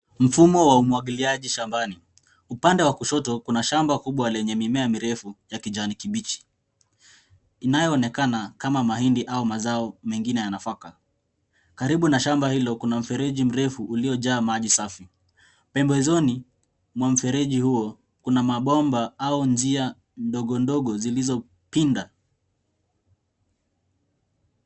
Mfumo wa umwagiliaji shambani, upande wa kushoto kuna shamba kubwa lenye mimea mirefu ya kijani kibichi inayoonekana kama mahindi au mazao mengine ya nafaka, karibu na shamba hilo kuna mfereji mrefu uliojaa maji safi pembezoni mwa mfereji huo kuna mabomba au njia ndogo ndogo zilizopinda.